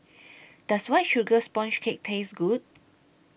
Does White Sugar Sponge Cake Taste Good